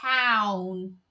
town